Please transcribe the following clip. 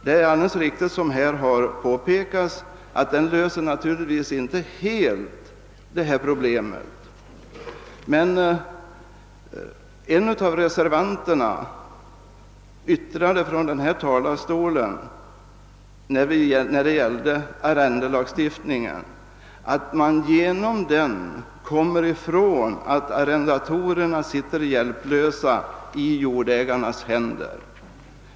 Den lagändringen löser inte helt det problem vi nu diskuterar, det är riktigt, men en av reservanterna sade från denna talarstol att vi genom arrendelagstiftningen ändå kommer ifrån det förhållandet att arrendatorerna är hjälplösa i jordägarnas händer.